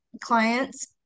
clients